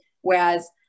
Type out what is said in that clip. Whereas